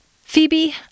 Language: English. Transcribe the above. Phoebe